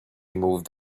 moved